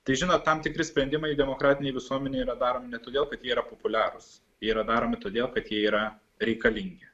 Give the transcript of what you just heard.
tai žinot tam tikri sprendimai demokratinėj visuomenėj yra daromi todėl kad jie yra populiarūs jie yra daromi todėl kad jie yra reikalingi